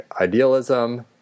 idealism